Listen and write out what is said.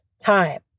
time